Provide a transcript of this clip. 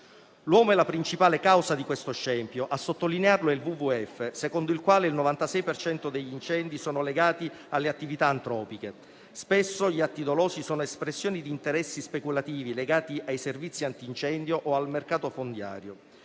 L'uomo è la principale causa di questo scempio. A sottolinearlo è il WWF, secondo il quale il 96 per cento degli incendi sono legati alle attività antropiche; spesso gli atti dolosi sono espressioni di interessi speculativi legati ai servizi antincendio o al mercato fondiario.